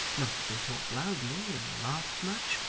not that they talked loudly or laughed much,